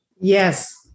Yes